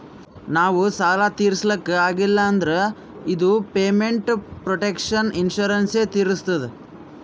ನಾವ್ ಸಾಲ ತಿರುಸ್ಲಕ್ ಆಗಿಲ್ಲ ಅಂದುರ್ ಇದು ಪೇಮೆಂಟ್ ಪ್ರೊಟೆಕ್ಷನ್ ಇನ್ಸೂರೆನ್ಸ್ ಎ ತಿರುಸ್ತುದ್